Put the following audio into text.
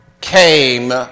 came